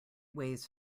weighs